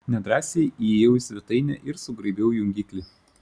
nedrąsiai įėjau į svetainę ir sugraibiau jungiklį